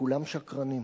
כולם שקרנים.